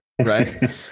Right